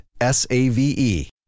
S-A-V-E